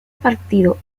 partido